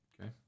Okay